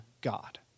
God